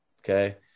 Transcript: okay